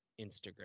Instagram